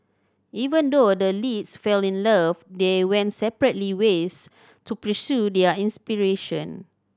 even though the leads fell in love they went separately ways to pursue their inspiration